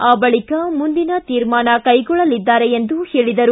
ಆ ಬಳಿಕ ಮುಂದಿನ ತೀರ್ಮಾನ ಕೈಗೊಳ್ಳಲಿದ್ದಾರೆ ಎಂದರು